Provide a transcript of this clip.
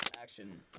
Action